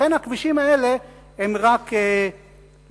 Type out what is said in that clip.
לכן הכבישים האלה הם רק לערבים.